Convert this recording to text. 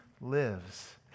lives